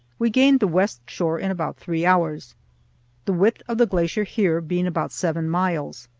we gained the west shore in about three hours the width of the glacier here being about seven miles.